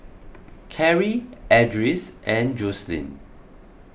Carrie Edris and Joselyn